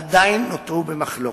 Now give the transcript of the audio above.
עדיין נותר במחלוקת.